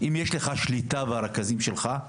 אם יש לך שליטה ברכזים שלך,